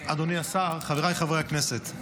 אדוני השר, חבריי חברי הכנסת,